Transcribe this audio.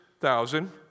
thousand